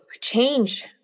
change